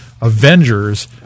Avengers